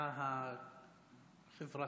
והפשיעה החברתית,